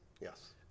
Yes